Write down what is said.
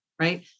right